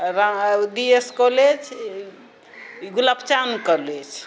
रा आ D S college Gulab Chand college